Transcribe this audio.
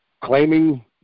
claiming